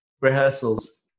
rehearsals